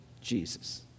Jesus